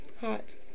Hot